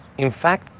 in fact,